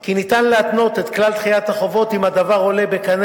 כי ניתן להתנות את כלל דחיית החובות אם הדבר עולה בקנה